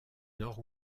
nord